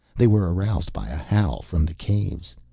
they were aroused by a howl from the caves.